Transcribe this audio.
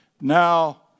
now